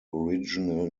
original